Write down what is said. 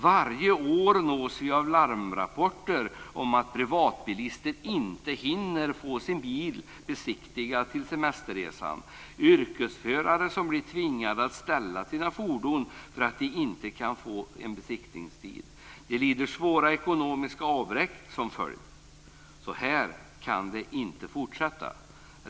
Varje år nås vi av larmrapporter om att privatbilister inte hinner få sin bil besiktigad till semesterresan. Yrkesförare som blir tvingade att ställa sina fordon för att de inte kan få en besiktningstid lider svåra ekonomiska avbräck som följd. Så här kan det inte fortsätta.